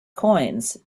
coins